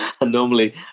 Normally